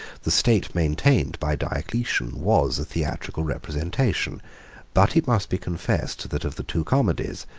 the state maintained by diocletian was a theatrical representation but it must be confessed, that of the two comedies,